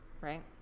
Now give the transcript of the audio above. right